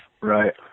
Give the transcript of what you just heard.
Right